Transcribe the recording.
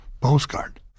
postcard